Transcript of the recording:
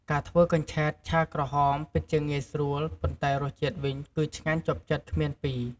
ការធ្វើកញ្ឆែតឆាក្រហម ពិតជាងាយស្រួល ប៉ុន្តែរសជាតិវិញគឺឆ្ងាញ់ជាប់ចិត្តគ្មានពីរ។